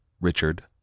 Richard